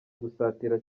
gusatira